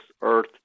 earth